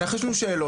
יש לנו שאלות,